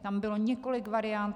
Tam bylo několik variant.